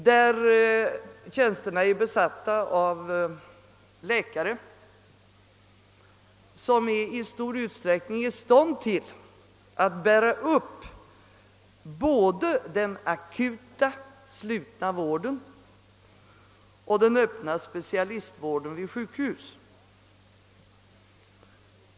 Dessa tjänster är besatta av läkare som i stor utsträckning är i stånd att bära upp både den akuta slutna vården och den öppna specialistvården vid sjukhus.